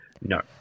No